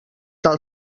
del